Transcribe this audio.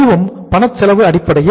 அதுவும் பணச்செலவு அடிப்படையில்